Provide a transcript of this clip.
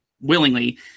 willingly